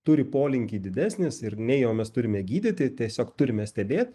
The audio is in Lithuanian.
turi polinkį didesnis ir nei jo mes turime gydyti tiesiog turime stebėt